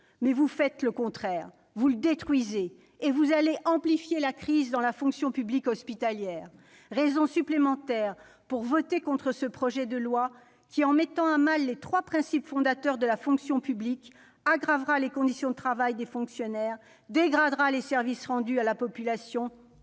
mais vous faites le contraire : vous le détruisez et vous allez amplifier la crise dans la fonction publique hospitalière. Voilà une raison supplémentaire pour voter contre ce projet de loi, qui, en mettant à mal les trois principes fondateurs de la fonction publique, aggravera les conditions de travail des fonctionnaires, dégradera les services rendus à la population